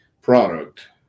product